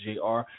Jr